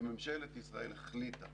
וממשלת ישראל החליטה